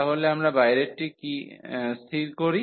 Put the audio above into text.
তাহলে আমরা বাইরেরটি স্থির করি